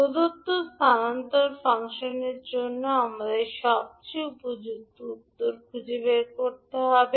প্রদত্ত স্থানান্তর ফাংশনের জন্য আমাদের সবচেয়ে উপযুক্ত উত্তর খুঁজে বের করতে হবে